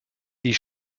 die